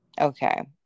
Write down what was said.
Okay